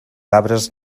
arbres